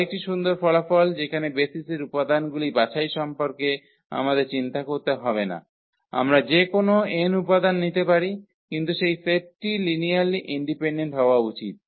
আরেকটি সুন্দর ফলাফল যেখানে বেসিসের উপাদানগুলি বাছাই সম্পর্কে আমাদের চিন্তা করতে হবে না আমরা যে কোনও 𝑛 উপাদান নিতে পারি কিন্তু সেই সেটটি লিনিয়ারলি ইন্ডিপেন্ডেন্ট হওয়া উচিত